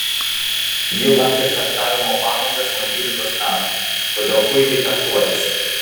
ji lankė fechtavimo pamokas nuo dvylikos metų todėl puikiai fechtuojasi